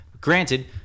Granted